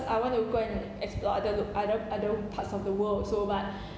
I want to go and explore other to other other parts of the world also but